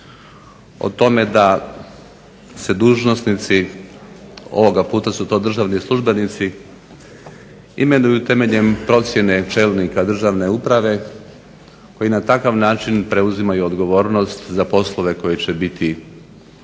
o tome da se dužnosnici ovoga puta su to državni službenici imenuju temeljem procjene čelnika državne uprave koji na takav način preuzimaju odgovornost za poslove koji će biti